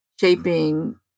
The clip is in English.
shaping